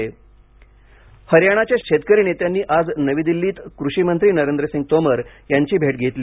तोमर शेतकरी हरियाणाच्या शेतकरी नेत्यांनी आज नवी दिल्लीत कृषिमंत्री नरेंद्रसिंग तोमर यांची भेट घेतली